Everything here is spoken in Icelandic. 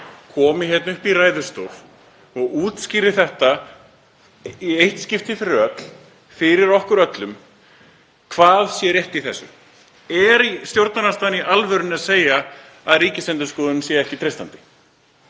komi hingað upp í ræðustól og útskýri í eitt skipti fyrir öll fyrir okkur öllum hvað sé rétt í þessu. Er í stjórnarandstaðan í alvörunni að segja að Ríkisendurskoðun sé ekki treystandi?